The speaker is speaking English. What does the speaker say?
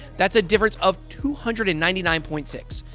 that's a difference of two hundred and ninety nine point six.